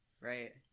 Right